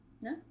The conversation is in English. no